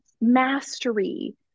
mastery